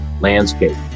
landscape